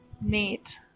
Neat